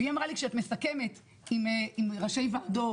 היא אמרה לי כשאת מסכמת עם ראשי ועדות